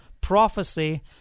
prophecy